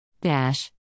Dash